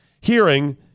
hearing